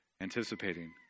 anticipating